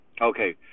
Okay